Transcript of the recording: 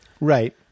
Right